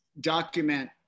document